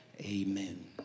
Amen